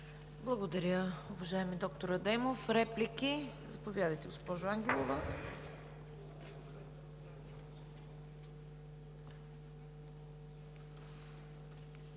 Благодаря Ви, уважаеми доктор Адемов. Реплики? Заповядайте, госпожо Ангелова.